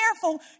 careful